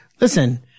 Listen